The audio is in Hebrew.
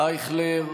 אייכלר,